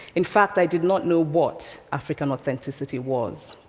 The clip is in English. in fact, i did not know what african authenticity was.